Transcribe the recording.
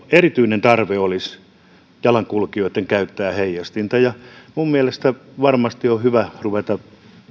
erityinen tarve olisi jalankulkijoitten käyttää heijastinta minun mielestäni varmasti on hyvä ruveta